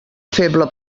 feble